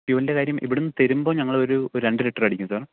ഫ്യുവലിൻ്റെ കാര്യം ഇവിടെ നിന്ന് തരുമ്പോൾ ഞങ്ങൾ ഒരു രണ്ട് ലിറ്റർ അടിക്കും സാർ